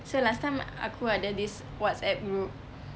so last time aku ada this whatsapp group